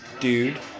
Dude